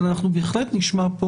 אנחנו בהחלט נשמע פה,